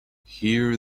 here